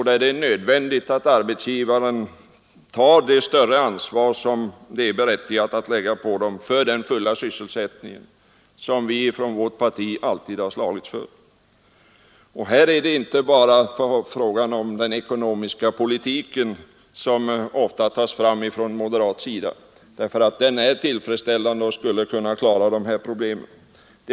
Det är alltså nödvändigt att arbetsgivarna tar ett större ansvar för den fulla sysselsättningen, som vi från vårt parti alltid har slagits för. Här är det inte bara fråga om den ekonomiska politiken, som ofta tas fram från moderat sida. Den är tillfredsställande, och man skulle kunna klara de här problemen.